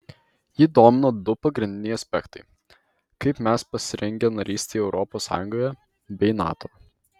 jį domino du pagrindiniai aspektai kaip mes pasirengę narystei europos sąjungoje bei nato